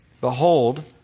Behold